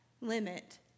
limit